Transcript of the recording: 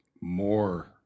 more